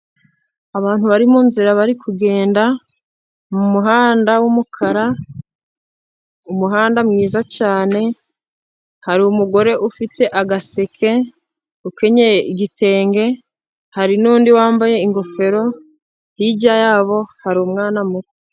Abantu bari mu nzira, bari kugenda mu muhanda w'umukara, umuhanda mwiza cyane. Hari umugore ufite agaseke, ukenyeye igitenge, hari n'undi wambaye ingofero, hirya yabo hari umwana muto.